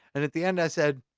and at the end i said,